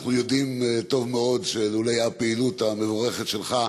אנחנו יודעים טוב מאוד שלולא הפעילות המבורכת שלך,